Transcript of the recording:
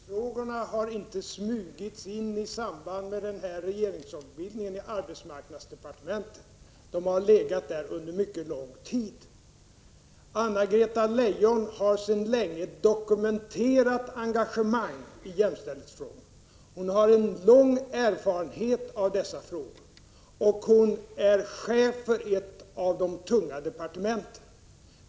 Herr talman! Jämställdhetsfrågorna har inte smugits in i arbetsdepartementet i samband med regeringsombildningen. De har legat där under mycket lång tid. Anna-Greta Leijon har sedan länge dokumenterat engagemang i jämställdhetsfrågorna. Hon har en lång erfarenhet på detta område. Hon är chef för ett av de tunga departementen.